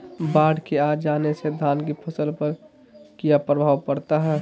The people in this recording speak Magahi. बाढ़ के आ जाने से धान की फसल पर किया प्रभाव पड़ता है?